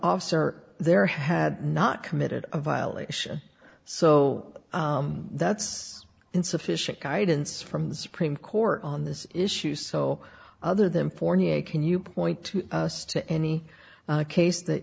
officer there had not committed a violation so that's insufficient guidance from the supreme court on this issue so other than fornia can you point us to any case that